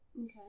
Okay